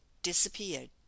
disappeared